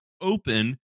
open